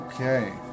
Okay